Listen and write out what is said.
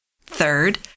Third